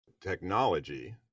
technology